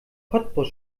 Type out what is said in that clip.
cottbus